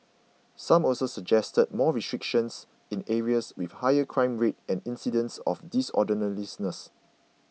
some also suggested more restrictions in areas with higher crime rates and incidents of disorderliness